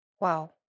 Wow